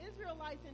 Israelites